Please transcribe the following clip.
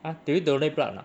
ah do you donate blood or not